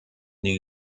new